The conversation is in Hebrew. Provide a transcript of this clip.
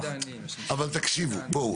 אבל תקשיבו, בואו.